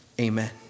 Amen